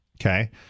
Okay